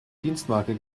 dienstmarke